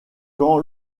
quand